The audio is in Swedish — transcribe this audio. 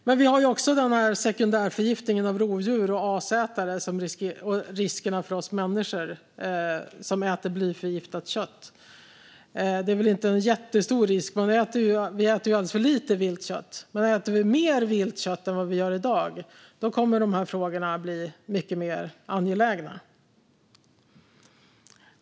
Men vi har också sekundärförgiftningen av rovdjur och asätare och riskerna för oss människor som äter blyförgiftat kött. Det är ingen jättestor risk, då vi äter alldeles för lite viltkött, men om vi äter mer viltkött än vad vi gör i dag kommer dessa frågor att bli mycket mer angelägna.